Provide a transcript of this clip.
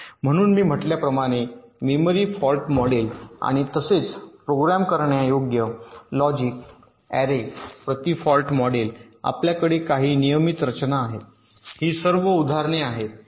म्हणून मी म्हटल्याप्रमाणे मेमरी फॉल्ट मॉडेल आणि तसेच प्रोग्राम करण्यायोग्य लॉजिक अॅरे प्रति फॉल्ट मॉडेल आपल्याकडे काही नियमित रचना आहेत ही सर्व उदाहरणे आहेत